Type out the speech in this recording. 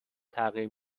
تغییر